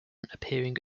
appearing